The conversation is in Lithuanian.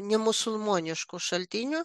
nemusulmoniškų šaltinių